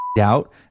out